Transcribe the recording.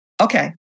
Okay